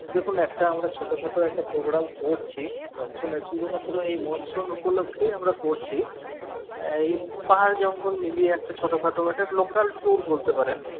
দেখুন একটা আমরা ছোট খাটো একটা প্রোগ্রাম করছি মনসুনে শুধুমাত্র এই মনসুন উপলক্ষ্যেই আমরা করছি এই পাহাড় জঙ্গল মিলিয়ে একটা ছোট খাট একটা লোকাল ট্যুর বলতে পারেন